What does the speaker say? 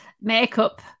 makeup